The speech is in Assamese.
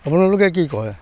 আপোনালোকে কি কয়